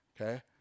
okay